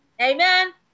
Amen